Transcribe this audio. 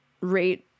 rate